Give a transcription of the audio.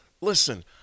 listen